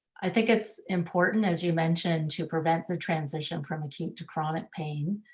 i think it's important as you mentioned to prevent the transition from acute to chronic pain.